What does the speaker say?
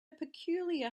peculiar